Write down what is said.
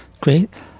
Great